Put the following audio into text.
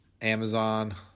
Amazon